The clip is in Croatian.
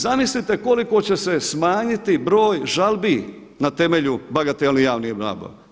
Zamislite koliko će se smanjiti broj žalbi na temelju bagatelnih javnih nabava.